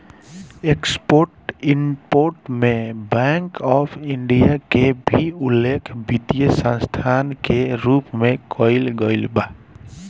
export import में bank of India के भी उल्लेख वित्तीय संस्था के रूप में कईल गईल बा